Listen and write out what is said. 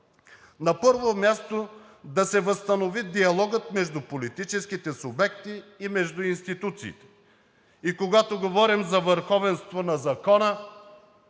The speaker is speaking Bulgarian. На първо място, да се възстанови диалогът между политическите субекти и между институциите. Когато говорим за върховенство на закона,